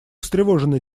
встревожены